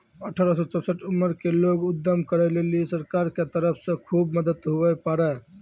अठारह से चौसठ उमर के लोग उद्यम करै लेली सरकार के तरफ से खुब मदद हुवै पारै